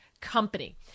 company